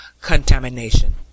contamination